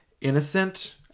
innocent